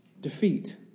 defeat